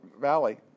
Valley